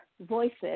voices